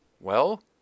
Well